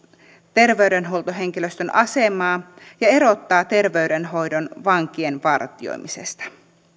terveydenhuoltohenkilöstön asemaa ja erottaa terveydenhoidon vankien vartioimisesta